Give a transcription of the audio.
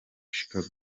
chicago